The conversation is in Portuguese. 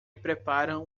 preparam